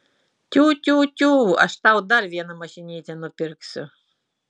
tiu tiu tiū aš tau dar vieną mašinytę nupirksiu